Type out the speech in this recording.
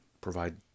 Provide